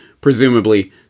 presumably